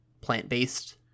plant-based